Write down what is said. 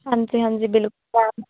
ਹਾਂਜੀ ਹਾਂਜੀ ਬਿਲਕੁਲ ਮੈਮ